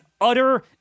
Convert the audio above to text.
utter